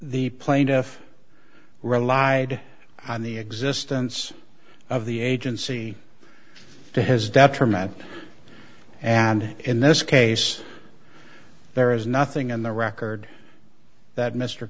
the plaintiff relied on the existence of the agency to his detriment and in this case there is nothing in the record that mr